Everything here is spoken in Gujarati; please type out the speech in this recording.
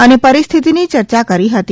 અને પરિસ્થિતની યર્યા કરી હતી